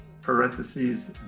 parentheses